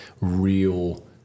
real